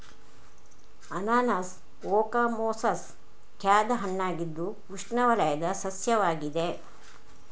ಅನಾನಸ್ ಓಕಮೊಸಸ್ ಖಾದ್ಯ ಹಣ್ಣಾಗಿದ್ದು ಉಷ್ಣವಲಯದ ಸಸ್ಯವಾಗಿದೆ